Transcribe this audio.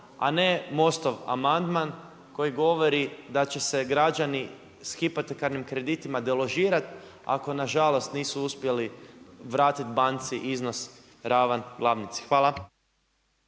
a ne Mostov amandman koji govori da će se građani s hipotekarnim kreditima deložirati, ako nažalost nisu uspjeli vratiti banci iznos ravan glavnici. Hvala.